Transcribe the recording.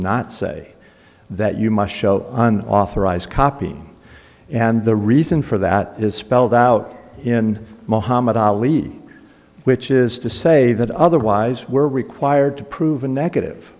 not say that you must show an authorized copy and the reason for that is spelled out in mohammad ali's which is to say that otherwise we're required to prove a negative